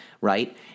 Right